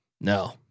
no